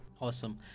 Awesome